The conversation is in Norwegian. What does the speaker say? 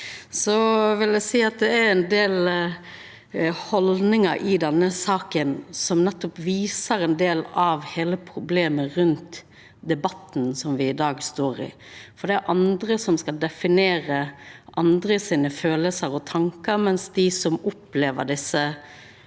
Så vil eg seia at det er ein del haldningar i denne saka som nettopp viser ein del av problemet rundt debatten som me i dag står i, m.a. at det er andre som skal definera andre sine følelsar og tankar, mens dei som opplever desse